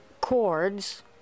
chords